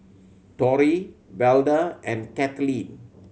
Torry Velda and Cathleen